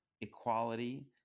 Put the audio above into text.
equality